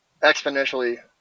exponentially